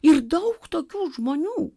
ir daug tokių žmonių